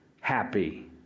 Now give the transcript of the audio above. happy